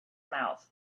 mouth